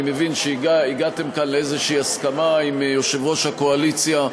אני מבין שהגעתם כאן לאיזושהי הסכמה עם יושב-ראש הקואליציה,